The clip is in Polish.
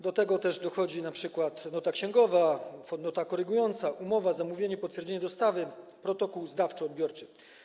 Do tego dochodzi np. nota księgowa, nota korygująca, umowa, zamówienie, potwierdzenie dostawy, protokół zdawczo-odbiorczy.